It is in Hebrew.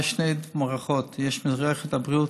יש שתי מערכות: יש מערכת הבריאות,